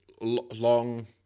long